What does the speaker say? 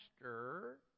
master